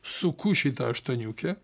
suku šitą aštuoniukę